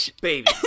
baby